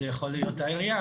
זה יכול להיות העירייה,